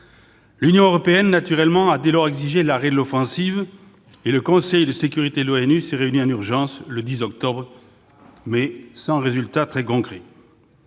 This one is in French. L'Union européenne a exigé l'arrêt de l'offensive et le Conseil de sécurité de l'ONU s'est réuni en urgence, le 10 octobre, mais sans résultat concret.